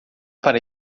para